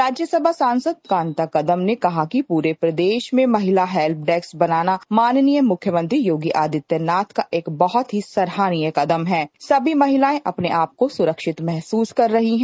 राज्यसभा सांसद कांता कदम ने कहा कि पूरे प्रदेश में महिला हेल्प डेस्क बनाना माननीय मुख्यमंत्री योगी आदित्यनाथ का एक बहुत ही सराहनीय कदम है सभी महिलाएं अपने को सुरक्षित महसूस कर रही हैं